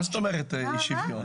מה זאת אומרת אי שוויון?